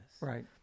Right